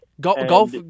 Golf